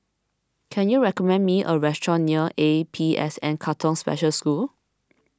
can you recommend me a restaurant near A P S N Katong Special School